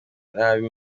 nabi